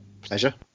Pleasure